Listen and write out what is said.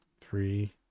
Three